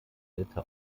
nette